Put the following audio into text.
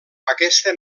aquesta